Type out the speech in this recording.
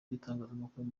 bw’itangazamakuru